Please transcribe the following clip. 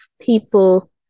people